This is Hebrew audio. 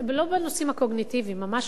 בנושאים הקוגניטיביים, ממש לא.